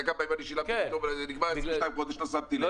אתה יודע כמה פעמים אני שילמתי שפתאום נגמר ואני פשוט לא שמתי לב.